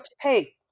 hey